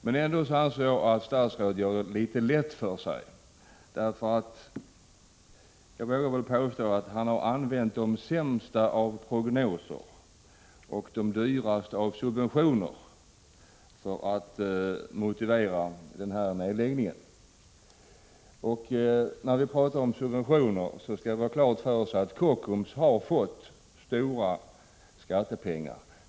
Men jag anser ändå att statsrådet gör det litet lätt för sig, därför att han — det vågar jag påstå — har använt de sämsta av prognoser och de dyraste av subventioner för att motivera den här nedläggningen. När vi talar om subventioner skall vi ha klart för oss att Kockums har fått stora bidrag av skattepengar.